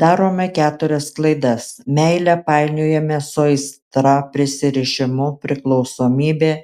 darome keturias klaidas meilę painiojame su aistra prisirišimu priklausomybe